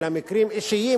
אלא מקרים אישיים,